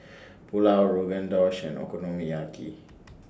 Pulao Rogan Josh and Okonomiyaki